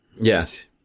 Yes